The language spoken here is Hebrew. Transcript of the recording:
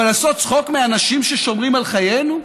אבל לעשות צחוק מאנשים ששומרים על חיינו?